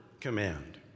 command